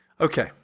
Okay